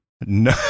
No